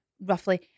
roughly